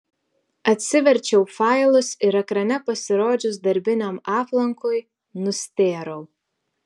atsiverčiau failus ir ekrane pasirodžius darbiniam aplankui nustėrau